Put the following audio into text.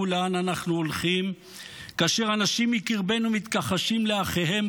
ולאן אנחנו הולכים; כאשר אנשים מקרבנו מתכחשים לאחיהם,